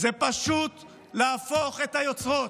זה פשוט להפוך את היוצרות,